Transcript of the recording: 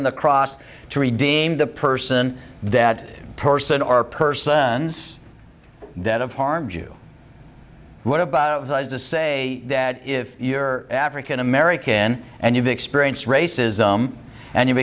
the cross to redeem the person that person or persons dead of harms you what about to say that if you're african american and you've experienced racism and you